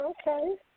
okay